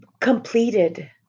completed